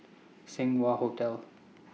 Seng Wah Hotel